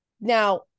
Now